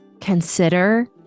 consider